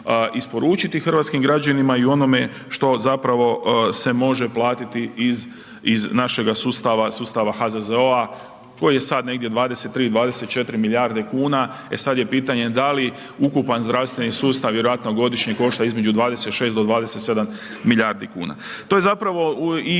hrvatskim građanima i onome što zapravo se može platiti iz našega sustava, sustava HZZO-a koji je sad negdje 23, 24 milijarde kuna. E sad je pitanje da li ukupan zdravstveni sustav vjerojatno godišnje košta između 26 do 27 milijardi kuna. To je zapravo i